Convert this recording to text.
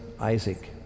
Isaac